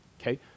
Okay